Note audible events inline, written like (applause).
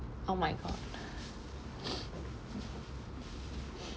oh my god (breath)